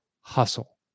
hustle